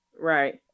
right